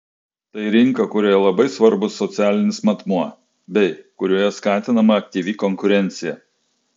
tai rinka kurioje labai svarbus socialinis matmuo bei kurioje skatinama aktyvi konkurencija